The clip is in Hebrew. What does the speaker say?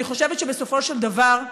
אני חושבת שבסופו של דבר,